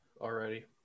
Already